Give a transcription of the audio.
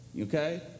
okay